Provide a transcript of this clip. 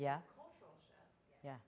yeah yeah